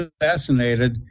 assassinated